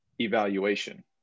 evaluation